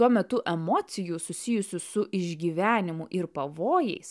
tuo metu emocijų susijusių su išgyvenimu ir pavojais